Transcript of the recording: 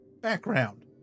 Background